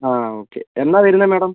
ആ ഓക്കെ എന്നാണ് വരുന്നത് മാഡം